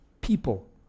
People